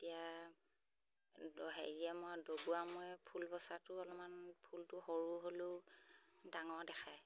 এতিয়া হেৰি মই ডবোৱা মই ফুল বচাটো অলপমান ফুলটো সৰু হ'লেও ডাঙৰ দেখায়